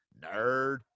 Nerd